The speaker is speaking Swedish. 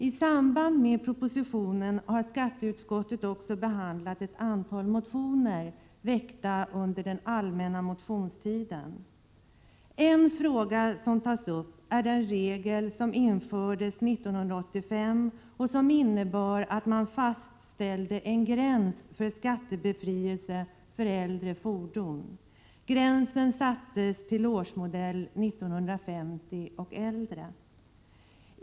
I samband med propositionen har utskottet också behandlat ett antal motioner väckta under den allmänna motionstiden. En fråga som tas upp är den regel som infördes 1985 och som innebär att man fastställde en gräns för skattebefrielse för äldre fordon. Gränsen sattes till årsmodell 1950 och äldre.